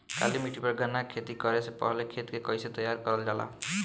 काली मिट्टी पर गन्ना के खेती करे से पहले खेत के कइसे तैयार करल जाला?